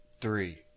three